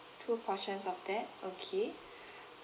two portions of that okay